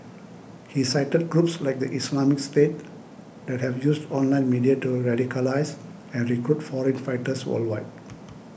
he cited groups like the Islamic State that have used online media to radicalise and recruit foreign fighters worldwide